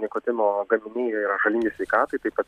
nikotino gaminiai yra žalingi sveikatai taip pat